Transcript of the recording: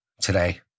today